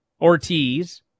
ortiz